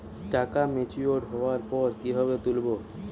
টাকা ম্যাচিওর্ড হওয়ার পর কিভাবে তুলব?